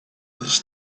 this